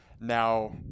now